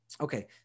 Okay